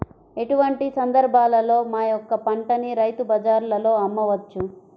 ఎటువంటి సందర్బాలలో మా యొక్క పంటని రైతు బజార్లలో అమ్మవచ్చు?